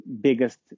biggest